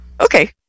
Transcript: okay